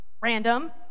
Random